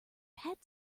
had